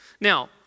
Now